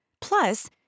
Plus